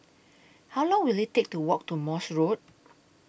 How Long Will IT Take to Walk to Morse Road